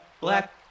Black